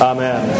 Amen